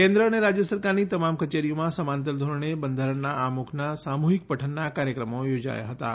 કેન્દ્ર અને રાજ્ય સરકારની તમામ કચેરીઓમાં સમાંતર ધોરણે બંધારણ આમુખનાં સામૂહિક પઠનનાં કાર્યક્રમો યોજાયા હતાં